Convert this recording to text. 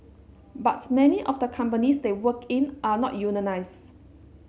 but many of the companies they work in are not unionised